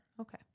okay